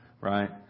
Right